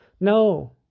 No